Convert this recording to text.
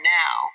now